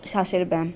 শ্বাসের ব্যায়াম